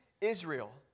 Israel